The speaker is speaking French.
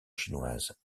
chinoise